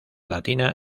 latina